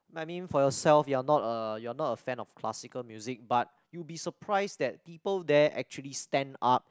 my mean for yourself you're not a you're not a fan of classical music but you'll be surprised that people there actually stand up